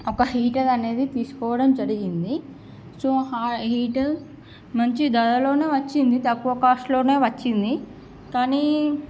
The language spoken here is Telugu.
ఒక హీటర్ అనేది తీసుకోవడం జరిగింది సో ఆ హీటర్ మంచి ధరలోనే వచ్చింది తక్కువ కాస్ట్లోనే వచ్చింది కానీ